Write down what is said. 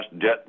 debt